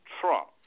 Trump